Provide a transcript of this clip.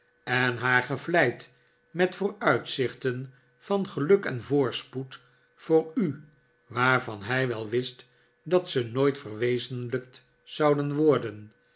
en haar gevleid met vooruitzichten van geluk en voorspoed voor u waarvan hij wel wist dat ze nooit verwezenlijkt zouden worden